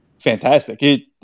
fantastic